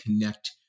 connect